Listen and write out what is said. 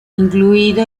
incluido